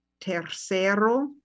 Tercero